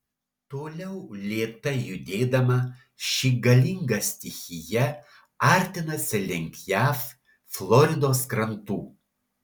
toliau lėtai judėdama ši galinga stichija artinasi link jav floridos krantų